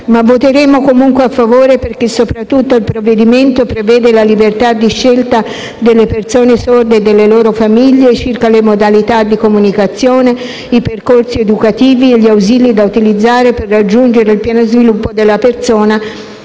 Voteremo comunque a favore perché soprattutto il provvedimento prevede la libertà di scelta delle persone sorde e delle loro famiglie circa le modalità di comunicazione, i percorsi educativi e gli ausili da utilizzare per raggiungere il pieno sviluppo della persona